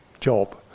job